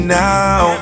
now